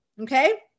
Okay